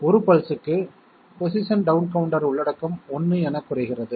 1 பல்ஸ்க்கு position down counter உள்ளடக்கம் 1 எனக் குறைகிறது